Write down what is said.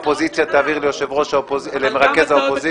והאופוזיציה תעביר למרכז האופוזיציה.